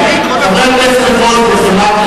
אתה צועק,